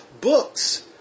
books